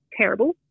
terrible